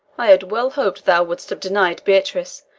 i had well hoped thou wouldst have denied beatrice,